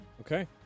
Okay